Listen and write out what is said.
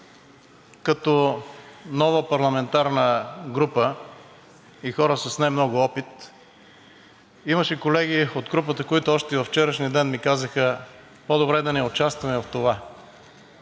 като нова парламентарна група и хора с немного опит, имаше колеги от групата, които още във вчерашния ден ми казаха: „По-добре да не участваме в това.